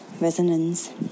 resonance